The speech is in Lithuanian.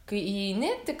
kai įeini tik